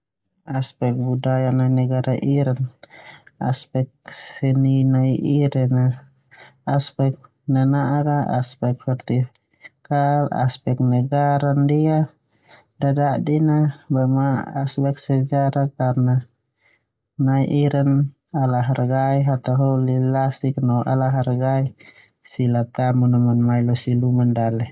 Aspek budaya nai negara Iran. Aspek seni nai Iran, aspek nana'ak aspek festival, aspek negara ndia dadadin boema aspek sejarah karwna nai Iran ala hargai hataholi lasik no ala hargai tamu.